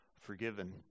Forgiven